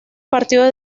partido